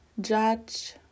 judge